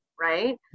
right